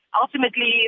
ultimately